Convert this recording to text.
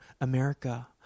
America